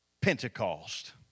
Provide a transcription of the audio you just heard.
Pentecost